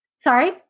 sorry